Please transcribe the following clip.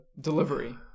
delivery